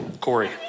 Corey